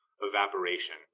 evaporation